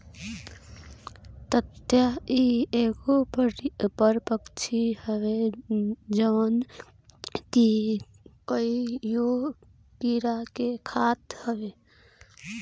ततैया इ एगो परभक्षी हवे जवन की कईगो कीड़ा के खात हवे